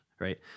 right